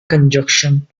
conjunction